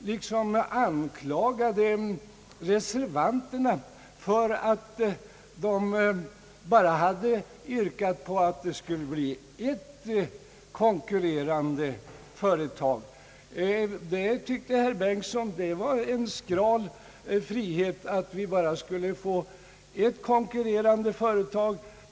nästan en anklagelse mot reservanterna för att dessa yrkat på utredning om endast ett konkurrerande företag. Herr Bengtson tyckte det skulle vara en skral frihet med enbart ett konkurrerande företag.